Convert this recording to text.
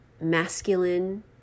masculine